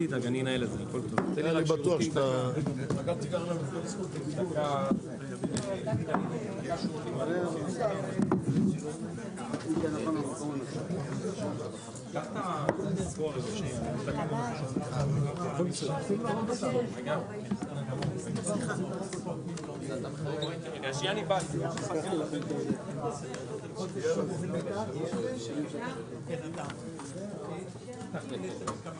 15:08.